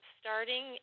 starting